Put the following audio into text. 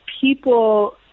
people